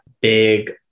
big